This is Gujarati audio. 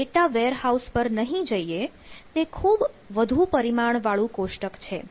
આપણે ડેટા વેરહાઉસ પર નહીં જઈએ તે ખૂબ વધારે પરિમાણ વાળું કોષ્ટક છે